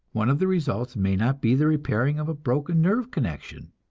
one of the results may not be the repairing of a broken nerve connection?